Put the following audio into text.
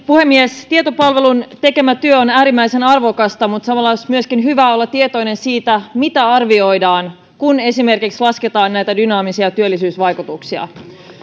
puhemies tietopalvelun tekemä työ on äärimmäisen arvokasta mutta samalla olisi myöskin hyvä olla tietoinen siitä mitä arvioidaan kun esimerkiksi lasketaan näitä dynaamisia työllisyysvaikutuksia